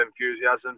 enthusiasm